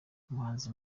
umuhanzi